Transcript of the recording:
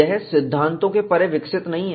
यह सिद्धांतों के परे विकसित नहीं है